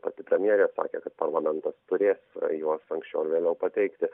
pati premjerė sakė kad parlamentas turės juos anksčiau ar vėliau pateikti